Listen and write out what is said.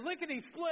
lickety-split